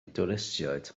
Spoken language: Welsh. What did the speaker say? dwristiaid